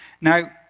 Now